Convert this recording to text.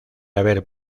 haber